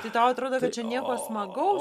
tai tau atrodo bet čia nieko smagaus